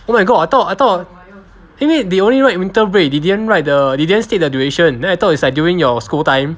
oh my god I thought I thought 因为 they only write winter break they didn't write the they didn't state the duration then I thought is like during your school time